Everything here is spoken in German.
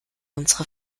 unsere